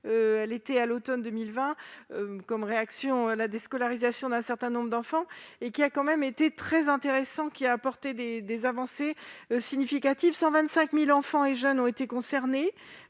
à l'été et à l'automne 2020 pour répondre à la déscolarisation d'un certain nombre d'enfants et qui s'est avéré très intéressant, permettant des avancées significatives- 125 000 enfants et jeunes ont été concernés.